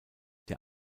der